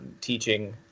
teaching